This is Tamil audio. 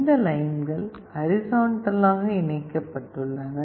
இந்த லைன்கள் ஹரிசாண்டலாக இணைக்கப்பட்டுள்ளன